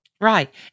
Right